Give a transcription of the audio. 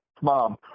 mom